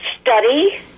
study